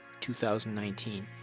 2019